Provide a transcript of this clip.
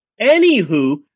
Anywho